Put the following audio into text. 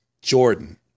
Jordan